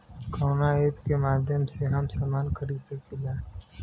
कवना ऐपके माध्यम से हम समान खरीद सकीला?